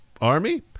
army